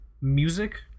music